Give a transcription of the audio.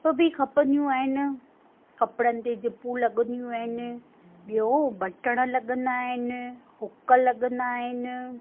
बि खपंदियूं आहिनि कपिड़न ते जिपूं लॻंदियूं आहिनि ॿियो बटण लॻंदा आहिनि हुक लॻंदा आहिनि